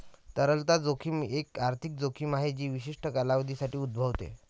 तरलता जोखीम एक आर्थिक जोखीम आहे जी विशिष्ट कालावधीसाठी उद्भवते